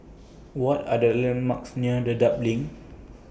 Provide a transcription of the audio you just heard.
What Are The landmarks near Dedap LINK